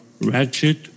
Ratchet